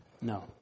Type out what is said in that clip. No